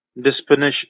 disposition